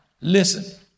listen